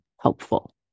helpful